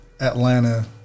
Atlanta